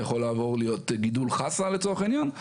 יכול לעבור להיות גידול חסה לצורך העניין,